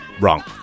Wrong